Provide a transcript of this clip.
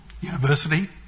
university